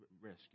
rescue